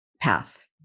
path